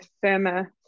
firmer